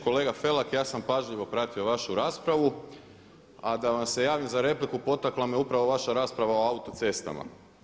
Kolega Felak ja sam pažljivo pratio vašu raspravu, a da vam se javim za repliku potakla me upravo vaša rasprava o autocestama.